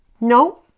No